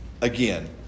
again